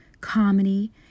comedy